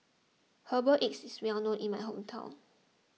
Herbal Egg is well known in my hometown